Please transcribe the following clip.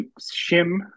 Shim